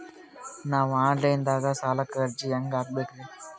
ನಾವು online ದಾಗ ಸಾಲಕ್ಕ ಅರ್ಜಿ ಹೆಂಗ ಹಾಕಬೇಕ್ರಿ?